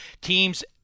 teams